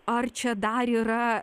ar čia dar yra